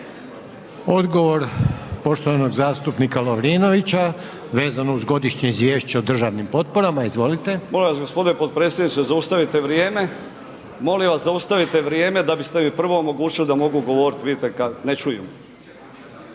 Odgovor poštovanog zastupnika Lovrinovića, vezano uz Godišnje izvješće o državnim potporama. Izvolite. **Lovrinović, Ivan (Promijenimo Hrvatsku)** Molim vas gospodine potpredsjedniče zaustavite vrijeme da biste mi prvo omogućili da mogu govoriti, vidite ne čujem.